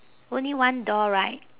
only one door right